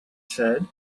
said